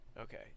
Okay